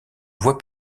voie